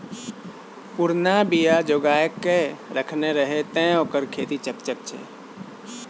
पुरना बीया जोगाकए रखने रहय तें न ओकर खेती चकचक छै